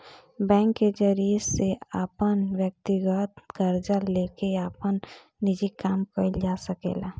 bank के जरिया से अपन व्यकतीगत कर्जा लेके आपन निजी काम कइल जा सकेला